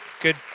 good